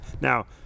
Now